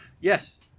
Yes